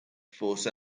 force